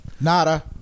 Nada